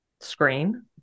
Screen